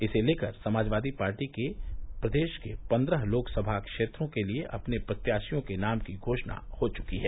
इसे लेकर समाजवादी पार्टी प्रदेश के पन्द्रह लोकसभा क्षेत्रों के लिये अपने प्रत्याशियों के नाम की घोषणा कर च्की है